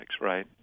right